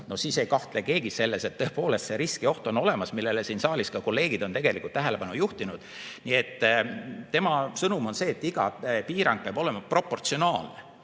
siis ei kahtle keegi selles, et tõepoolest see risk, see oht on olemas, millele siin saalis kolleegid on tähelepanu juhtinud. Nii et [õiguskantsleri] sõnum on see, et iga piirang peab olema proportsionaalne.